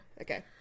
Okay